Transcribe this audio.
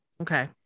Okay